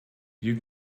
you